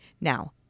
now